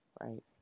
right